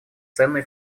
ценный